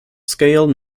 scale